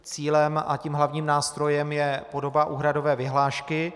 Cílem a tím hlavním nástrojem je podoba úhradové vyhlášky.